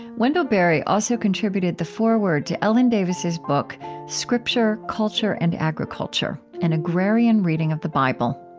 wendell berry also contributed the foreword to ellen davis's book scripture, culture, and agriculture an agrarian reading of the bible.